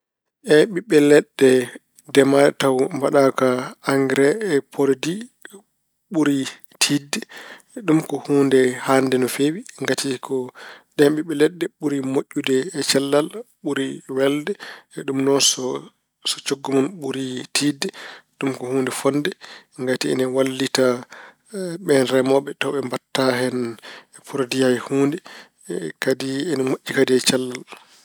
Eey, ɓiɓɓe leɗɗe demaaɗe tawa mbaɗaaka agg e porodi ɓuri tiiɗde. Ɗum ko huunde haande no feewi ngati ko ɗeen ɓiɓɓe leɗɗe ɓuri moƴƴude e cellal, ɓuri welde. Ɗum so- so coggu mun ɓuri tiiɗde ɗum ko huunde fotde. Ngati ene walliti ɓeen remooɓe tawa ɓe mbaɗataa hen porodi hay huunde e kadi ine moƴƴi kadi e cellal.